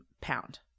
pound